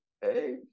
Hey